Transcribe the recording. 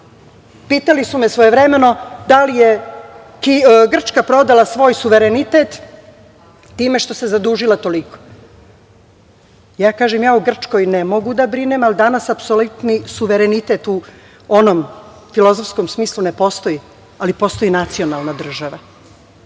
Pitali su me svojevremeno da li je Grčka prodala svoj suverenitet time što se zadužila toliko. Ja kažem ja o Grčkoj ne mogu da brinem, ali danas apsolutni suverenitet u onom filozofskom smislu ne postoji ali postoji nacionalna država.